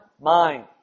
mind